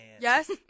Yes